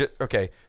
Okay